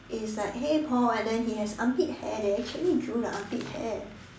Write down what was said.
it's like hey Paul and then he has armpit hair they actually drew the armpit hair